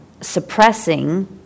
suppressing